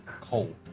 cold